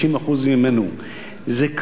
זה כמו כבשת הרש.